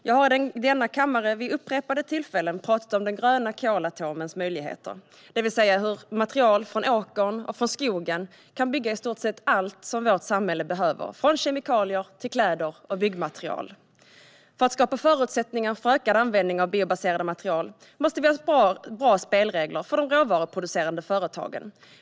Jag har i denna kammare vid upprepade tillfällen talat om den gröna kolatomens möjligheter, det vill säga hur material från åkern och skogen kan bygga i stort sett allt som vårt samhälle behöver - från kemikalier till kläder och byggmaterial. För att skapa förutsättningar för en ökad användning av biobaserade material måste vi ha bra spelregler för de råvaruproducerande företagen.